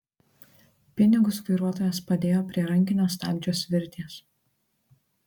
pinigus vairuotojas padėjo prie rankinio stabdžio svirties